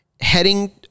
heading